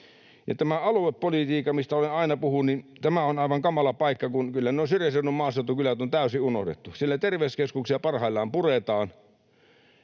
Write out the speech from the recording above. tämä aluepolitiikka, mistä olen aina puhunut, on aivan kamala paikka, kun kyllä nuo syrjäseudun maaseutukylät on täysin unohdettu. Siellä terveyskeskuksia parhaillaan puretaan,